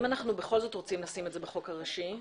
אם אנחנו בכל זאת רוצים לשים את זה בחוק הראשי.